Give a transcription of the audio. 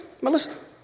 Melissa